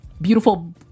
beautiful